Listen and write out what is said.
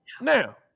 Now